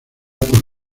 por